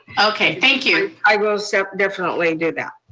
okay, thank you. i will so definitely do that.